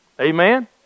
Amen